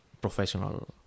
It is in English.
professional